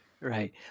Right